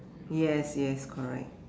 yes yes correct